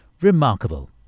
remarkable